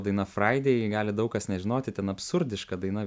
daina friday gali daug kas nežinoti ten absurdiška daina